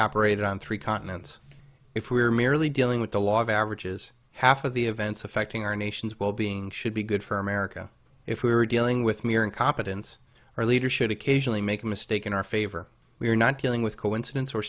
operated on three continents if we're merely dealing with the law of averages half of the events affecting our nation's wellbeing should be good for america if we were dealing with mere incompetence our leaders should occasionally make a mistake in our favor we are not dealing with coincidence